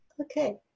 okay